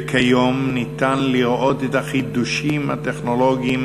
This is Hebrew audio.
וכיום ניתן לראות את החידושים הטכנולוגיים